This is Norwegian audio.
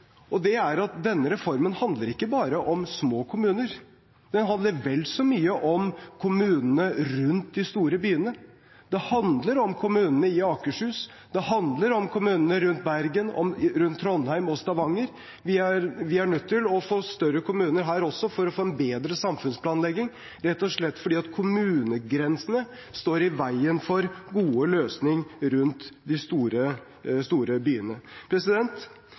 og det er at denne reformen handler ikke bare om små kommuner. Den handler vel så mye om kommunene rundt de store byene. Den handler om kommunene i Akershus. Den handler om kommunene rundt Bergen og rundt Trondheim og Stavanger. Vi er nødt til å få større kommuner her også for å få en bedre samfunnsplanlegging, rett og slett fordi kommunegrensene står i veien for gode løsninger rundt de store byene.